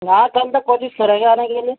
رات کے اندر کوشش کریں گے آنے کے لیے